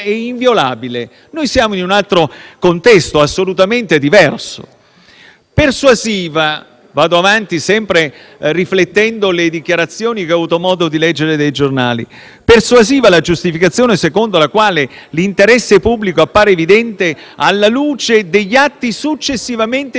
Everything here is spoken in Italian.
Vado avanti sempre riflettendo sulle dichiarazioni che ho avuto modo di leggere sui giornali. Persuasiva è la giustificazione secondo la quale l'interesse pubblico appare evidente alla luce degli atti successivamente esperiti in sede europea. È una giustificazione del Presidente della Giunta delle elezioni e delle